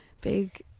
Big